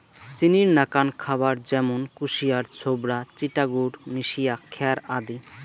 চিনির নাকান খাবার য্যামুন কুশিয়ার ছোবড়া, চিটা গুড় মিশিয়া খ্যার আদি